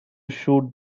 shoot